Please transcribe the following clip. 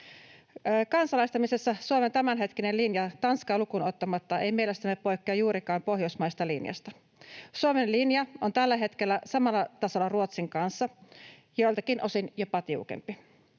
Kansalaistamisessa Suomen tämänhetkinen linja Tanskaa lukuun ottamatta ei mielestämme poikkea juurikaan pohjoismaisesta linjasta. Suomen linja on tällä hetkellä samalla tasolla Ruotsin kanssa, joiltakin osin jopa tiukempi.